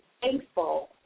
thankful